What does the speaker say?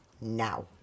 now